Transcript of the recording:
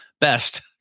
Best